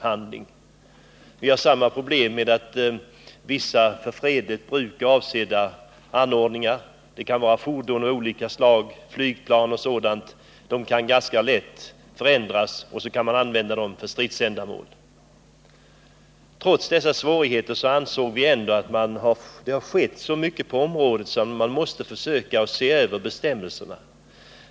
Problemet är detsamma med vissa för fredligt bruk avsedda anordningar. Det kan gälla fordon av olika slag, flygplan och sådant, som ganska lätt kan förändras och användas för stridsändamål. Trots dessa svårigheter ansåg vi att det har skett så mycket på området att man måste försöka se över bestämmelserna.